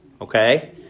okay